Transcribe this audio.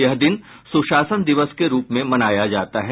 यह दिन सुशासन दिवस के रूप में मनाया जाता है